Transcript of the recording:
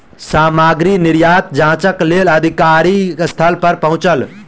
सामग्री निर्यात जांचक लेल अधिकारी स्थल पर पहुँचल